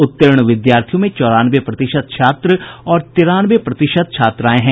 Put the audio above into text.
उत्तीर्ण विद्यार्थियों में चौरानवे प्रतिशत छात्र और तिरानवे प्रतिशत छात्राएं हैं